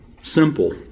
simple